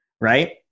right